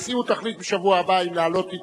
הנשיאות תחליט בשבוע הבא אם להעלות את